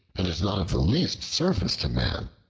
and is not of the least service to man.